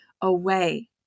away